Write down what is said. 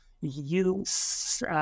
use